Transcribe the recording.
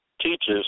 teaches